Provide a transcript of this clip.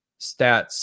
Stats